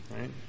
right